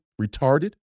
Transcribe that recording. retarded